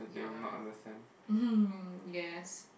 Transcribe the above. yeah um yes